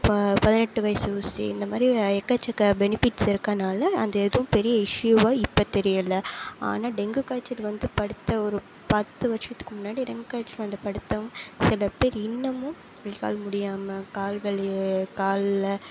பதினெட்டு வயசு ஊசி இந்த மாதிரி எக்கச்சக்க பெனிஃபிட்ஸ் இருக்கனால அந்த எதுவும் பெரிய இஷ்யூவாக இப்போ தெரியலை ஆனால் டெங்கு காய்ச்சல் வந்து படுத்த ஒரு பத்து வருஷத்துக்கு முன்னாடி டெங்கு காய்ச்சல் வந்து படுத்தவங்க சில பேர் இன்னமும் கை கால் முடியாமல் கால்கள் காலில்